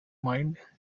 mind